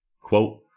Quote